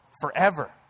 forever